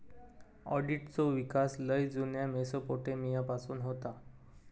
ऑडिटचो विकास लय जुन्या मेसोपोटेमिया पासून होता